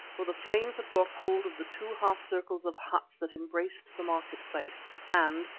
for the flames had got hold of the two half-circles of huts that embraced the market-place, and,